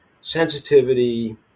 sensitivity